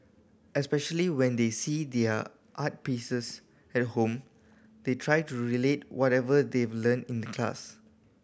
especially when they see their art pieces at home they try to relate whatever they've learnt in the class